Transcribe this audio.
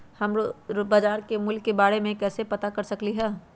हम रोजाना बाजार के मूल्य के के बारे में कैसे पता कर सकली ह?